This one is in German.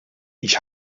ich